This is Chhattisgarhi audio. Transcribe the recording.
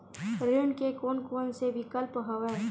ऋण के कोन कोन से विकल्प हवय?